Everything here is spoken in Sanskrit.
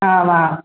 आमाम्